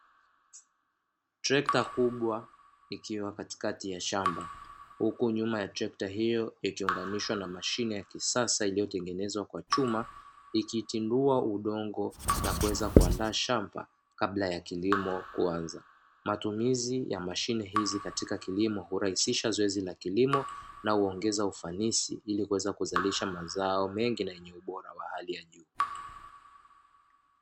Trekta kubwa likiwa katikati ya shamba, huku nyuma ya trekta hiyo ikiunganishwa na mashine ya kisasa iliyotengenezwa kwa chuma, ikichimbua udongo na kuweza kuandaa shamba kabla ya kilimo kuanza. Matumizi ya mashine hizi katika kilimo hurahisisha zoezi la kulima na huongeza ufanisi ili kuweza kuzalisha mazao mengi na yenye ubora wa hali ya juu.